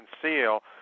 conceal